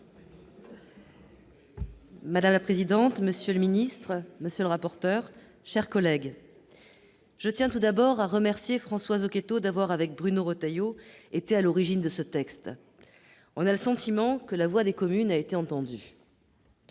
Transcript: Madame la présidente, monsieur le ministre, monsieur le rapporteur, chers collègues, je tiens tout d'abord à remercier François Zocchetto d'avoir été, avec Bruno Retailleau, à l'origine de ce texte. On a le sentiment que la voix des communes a été entendue.